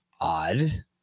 Odd